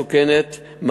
מסוכנת,